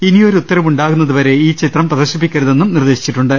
ഇനിയൊര് ഉത്തരവുണ്ടാകുന്നതുവരെ ഈ ചിത്രം പ്രദർശിപ്പിക്കരുതെന്നും നിർദ്ദേശി ച്ചിട്ടുണ്ട്